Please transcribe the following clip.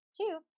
two